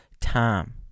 Time